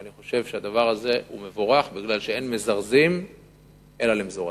ואני חושב שהדבר הזה הוא מבורך כי אין מזרזים אלא למזורזים.